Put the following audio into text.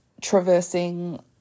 traversing